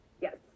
Yes